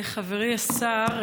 חברי השר,